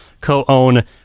co-own